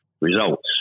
results